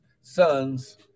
sons